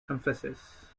emphasis